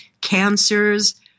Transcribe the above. cancers